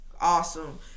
Awesome